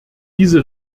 diese